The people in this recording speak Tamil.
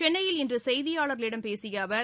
சென்னையில் இன்று செய்தியாளர்களிடம் பேசிய அவர்